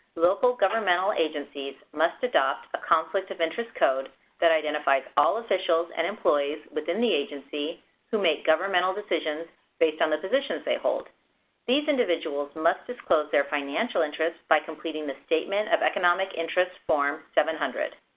local governmental agencies must adopt a conflict of interest code that identifies all officials and employees within the agency who make governmental decisions based on the positions they hold these individuals must disclose their financial interests by completing the statement of economic interests form seven hundred.